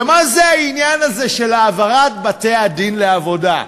ומה זה העניין הזה של העברת בתי-הדין לעבודה?